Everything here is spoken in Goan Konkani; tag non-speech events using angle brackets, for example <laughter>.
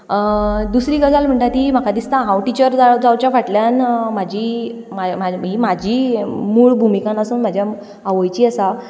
दुसरी गजाल म्हणटा ती म्हाका दिसता हांव टिचर <unintelligible> जावचे फाटल्यान म्हजी <unintelligible> म्हजी मूळ भुमिका नासून म्हाज्या आवयची आसा